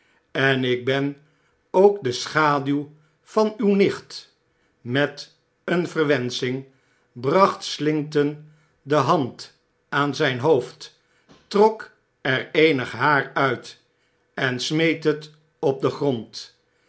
en ik ben ook de schaduw van uw nicht met een verwensching bracht slinkton de hand aan zyn hoofd trok er eenig haar uit en smeet het op den grond